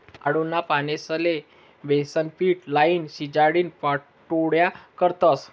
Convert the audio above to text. आळूना पानेस्ले बेसनपीट लाईन, शिजाडीन पाट्योड्या करतस